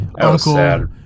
uncle